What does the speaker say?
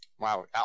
Wow